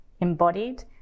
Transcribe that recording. embodied